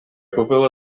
купила